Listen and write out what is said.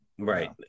Right